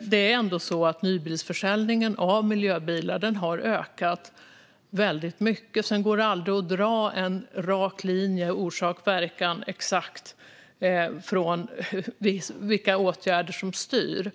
Det är ändå så att nybilsförsäljningen av miljöbilar har ökat väldigt mycket. Sedan går det aldrig att dra en rak linje mellan orsak och verkan och säga exakt vilka åtgärder som styr.